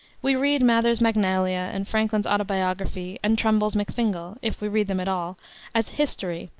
we read mather's magnalia, and franklin's autobiography, and trumbull's mcfingal if we read them at all as history,